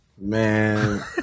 Man